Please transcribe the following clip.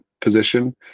position